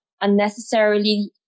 unnecessarily